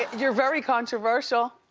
you're very controversial.